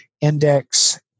index